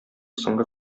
соңгы